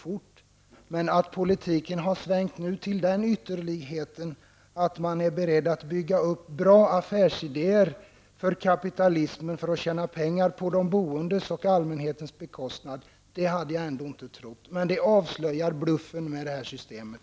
Men jag trodde inte att politiken har svängt till den ytterligheten att man är beredd att bygga upp bra affärsidéer för kapitalismen för att tjäna pengar på de boendes och allmänhetens bekostnad. Men det avslöjar bluffen med systemet.